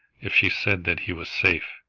if she said that he was safe,